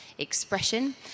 Expression